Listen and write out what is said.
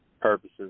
purposes